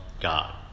God